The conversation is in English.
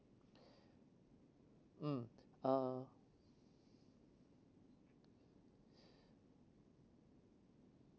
mm uh